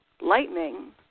lightning